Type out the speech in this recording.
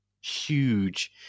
huge